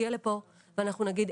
אנחנו נגיע לפה ואנחנו נגיד,